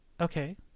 Okay